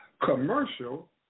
Commercial